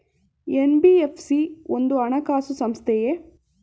NBFC ಒಂದು ಹಣಕಾಸು ಸಂಸ್ಥೆಯೇ?